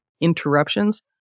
interruptions